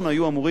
היו אמורים,